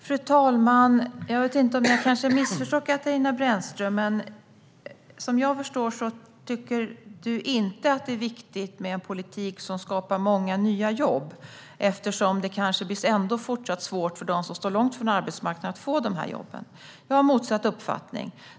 Fru talman! Jag kanske missförstod Katarina Brännström, men det lät som att hon inte tycker att det viktigt med en politik som skapar många nya jobb eftersom det ändå kan bli fortsatt svårt för dem som står långt från arbetsmarknaden att få dessa jobb. Jag har motsatt uppfattning.